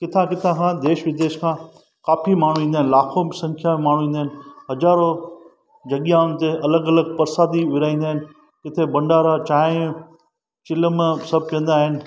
किथां किथां खां देश विदेश मां काफ़ी माण्हू ईंदा आहिनि लाखो संख्या माण्हू ईंदा आहिनि हज़ारो जॻहयुनि ते अलॻि अलॻि प्रसादियूं विरिहाईंदा आहिनि किथे भंडारा चांहि चिलम सभु पीअंदा आहिनि